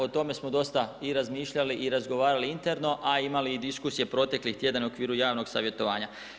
O tome smo dosta i razmišljali i razgovarali interno, a imali i diskusije protekli tjedan u okviru javnog savjetovanja.